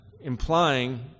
implying